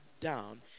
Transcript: down